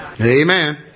Amen